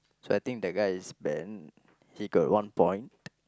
so I think the guy is Ben he got one point